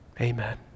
Amen